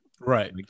right